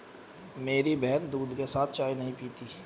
मेरी बहन दूध के साथ चाय नहीं पीती